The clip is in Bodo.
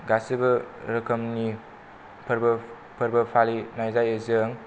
गासिबो रोखोमनि फोरबो फोरबो फालिनाय जायो जों